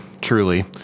truly